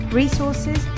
resources